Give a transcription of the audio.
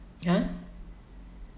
!huh!